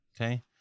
okay